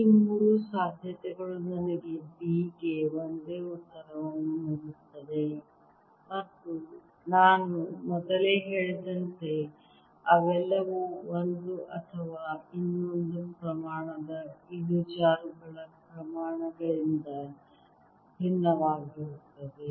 ಈ ಮೂರು ಸಾಧ್ಯತೆಗಳು ನನಗೆ B ಗೆ ಒಂದೇ ಉತ್ತರವನ್ನು ನೀಡುತ್ತವೆ ನಾನು ಮೊದಲೇ ಹೇಳಿದಂತೆ ಅವೆಲ್ಲವೂ ಒಂದು ಅಥವಾ ಇನ್ನೊಂದು ಪ್ರಮಾಣದ ಇಳಿಜಾರುಗಳ ಪ್ರಮಾಣಗಳಿಂದ ಭಿನ್ನವಾಗಿರುತ್ತದೆ